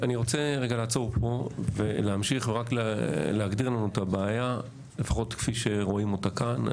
אני רוצה רגע לעצור פה ולהגדיר לנו את הבעיה לפחות כפי שרואים אותה כאן.